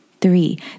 Three